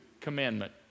commandment